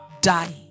Die